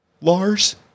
Lars